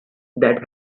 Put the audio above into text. that